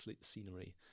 scenery